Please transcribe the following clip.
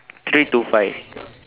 three to five